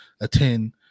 attend